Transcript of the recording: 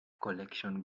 collection